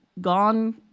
gone